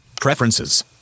Preferences